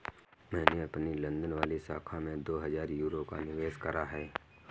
मैंने अपनी लंदन वाली शाखा में दो हजार यूरो का निवेश करा है